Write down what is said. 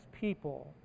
people